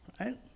right